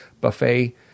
Buffet